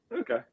Okay